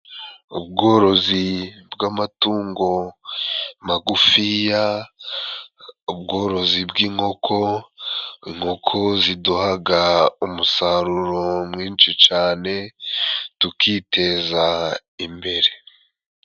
Ubworozi bw'amatungo magufiya, ubworozi bw'inkoko, inkoku ziduhaga umusaruro mwinshi cane tukiteza imbere.